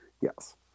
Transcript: Yes